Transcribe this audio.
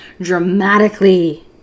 dramatically